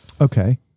Okay